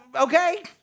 okay